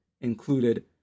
included